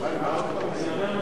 נתקבלו.